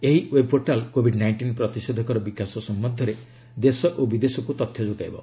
ଏହି web portal covid nineteen ପ୍ରତିଷେଧକର ବିକାଶ ସମ୍ପନ୍ଧରେ ଦେଶ ଓ ବିଦେଶକୁ ତଥ୍ୟ ଯୋଗାଇବ